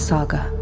Saga